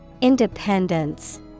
Independence